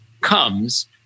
comes